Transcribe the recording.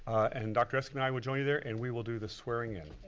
and dr. esk and i will join you there and we will do the swearing in.